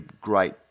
great